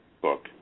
book